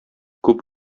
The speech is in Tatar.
күп